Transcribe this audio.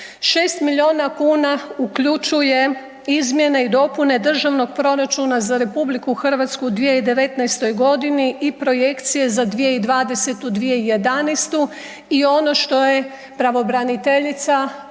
6. milijuna kuna uključuje izmjene i dopune Državnog proračuna za RH u 2019.g. i projekcije za 2020. i 2011. i ono što je pravobraniteljica